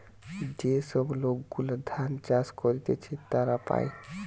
যে সব লোক গুলা ধান চাষ করতিছে তারা পায়